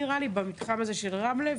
במתחם של רמלה,